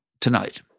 tonight